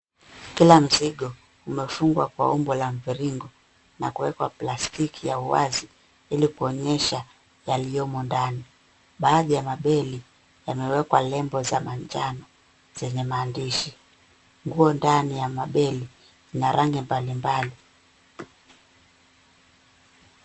Kila mzigo umefungwa kwa umbo la mviringo na kuwekwa plastiki ya uwazi ili kuonyesha yaliyomo ndani. Baadhi ya mabeli yamewekwa {cs}label{cs} za manjano zenye maandishi. Nguo ndani ya mabeli ina rangi mbalimbali.